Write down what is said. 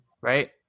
Right